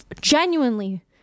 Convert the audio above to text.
genuinely